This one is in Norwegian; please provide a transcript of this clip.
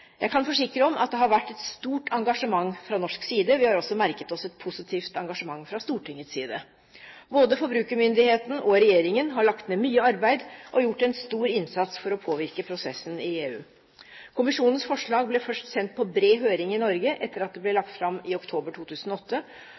Jeg kan forsikre om at det har vært et stort engasjement fra norsk side. Vi har også merket oss et positivt engasjement fra Stortingets side. Både forbrukermyndigheten og regjeringen har lagt ned mye arbeid og gjort en stor innsats for å påvirke prosessen i EU. Kommisjonens forslag ble først sendt på bred høring i Norge etter at det ble lagt fram i oktober 2008.